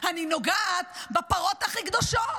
אני נוגעת בפרות הכי קדושות.